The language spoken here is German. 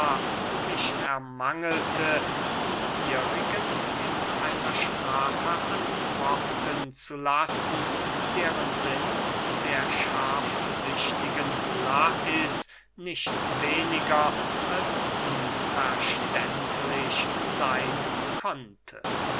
nicht ermangelte die ihrigen in einer sprache antworten zu lassen deren sinn der scharfsichtigen lais nichts weniger als unverständlich seyn konnte